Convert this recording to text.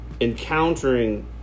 Encountering